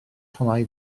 tonnau